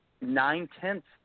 nine-tenths